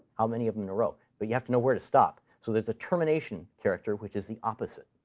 how many of them in a row? but you have to know where to stop, so there's a termination character, which is the opposite.